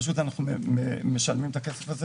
כ"ה בכסלו התשפ"ב,